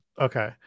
Okay